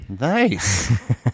Nice